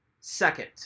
Second